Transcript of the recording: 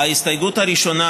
ההסתייגות הראשונה,